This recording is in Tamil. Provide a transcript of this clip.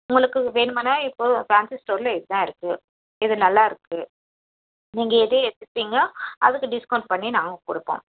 உங்களுக்கு வேணுமன்னால் இப்போது ஃபேன்ஸி ஸ்டோரில் இதுதான் இருக்குது இது நல்லாயிருக்கு நீங்கள் எதை எடுத்துக்கிட்டீங்க அதுக்கு டிஸ்கௌன்ட் பண்ணி நாங்கள் கொடுப்போம்